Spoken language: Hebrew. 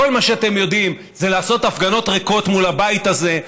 כל מה שאתם יודעים זה לעשות הפגנות ריקות מול הבית הזה,